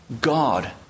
God